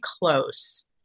close